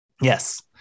Yes